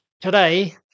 today